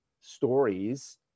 stories